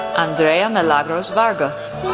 andrea milagros vargas,